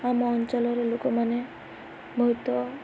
ଆମ ଅଞ୍ଚଳର ଲୋକମାନେ ବହୁତ